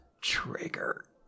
trigger